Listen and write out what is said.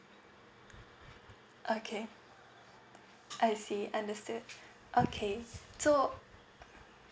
okay I see understood okay so